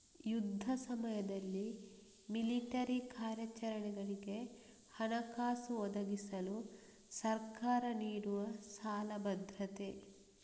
ಯುದ್ಧ ಸಮಯದಲ್ಲಿ ಮಿಲಿಟರಿ ಕಾರ್ಯಾಚರಣೆಗಳಿಗೆ ಹಣಕಾಸು ಒದಗಿಸಲು ಸರ್ಕಾರ ನೀಡುವ ಸಾಲ ಭದ್ರತೆ